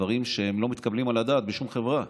דברים שלא מתקבלים על הדעת בשום חברה.